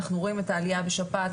אנחנו רואים את העלייה בשפעת.